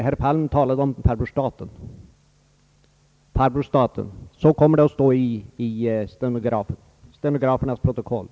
Herr Palm talade om »farbror staten». Så kommer det att stå i stenografernas protokoll.